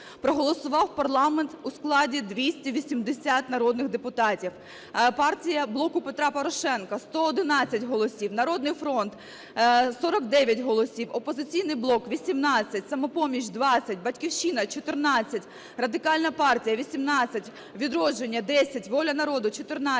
проголосував парламент у складі 280 народних депутатів,. Партія "Блоку Петра Порошенка" – 111 голосів, "Народний фронт" – 49 голосів, "Опозиційний блок" – 18, "Самопоміч" – 20, "Батьківщина" – 14, Радикальна партія – 18, "Відродження" – 10, "Воля народну" – 14,